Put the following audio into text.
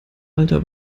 alter